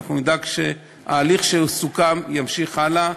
אנחנו נדאג שההליך שסוכם יימשך הלאה.